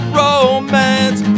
romance